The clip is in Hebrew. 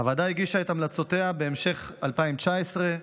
הוועדה הגישה את המלצותיה בהמשך 2019,